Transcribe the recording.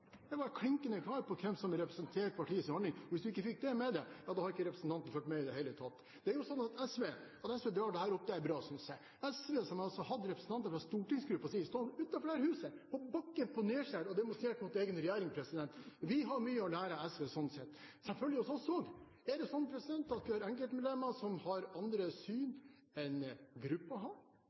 Hva var det representanten fra SV ikke fikk med seg i mitt forrige svar? Jeg var klinkende klar på hvem som representerer partiets holdning. Hvis representanten ikke fikk det med seg, har han ikke fulgt med i det hele tatt. Det er jo sånn at SV – at SV trekker dette opp, synes jeg er bra – hadde representanter fra stortingsgruppen sin stående utenfor dette huset, på bakken på nedsiden her, som demonstrerte mot egen regjering. Vi har mye å lære av SV sånn sett. Selvfølgelig er det hos oss også enkeltmedlemmer som har andre syn enn